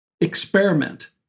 experiment